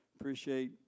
appreciate